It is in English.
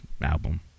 album